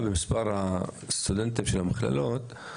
זאת אומרת שהתפוקה המדעית שלנו מאוד גבוהה אבל